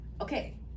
Okay